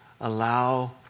allow